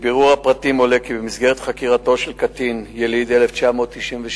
מבירור הפרטים עולה כי במסגרת חקירתו של קטין יליד 1993,